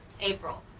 April